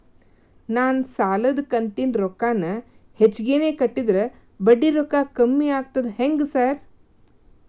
ನಾನ್ ಸಾಲದ ಕಂತಿನ ರೊಕ್ಕಾನ ಹೆಚ್ಚಿಗೆನೇ ಕಟ್ಟಿದ್ರ ಬಡ್ಡಿ ರೊಕ್ಕಾ ಕಮ್ಮಿ ಆಗ್ತದಾ ಹೆಂಗ್ ಸಾರ್?